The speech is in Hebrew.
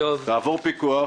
תעבור פיקוח,